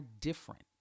different